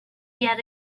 yet